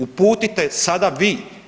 Uputite sada vi.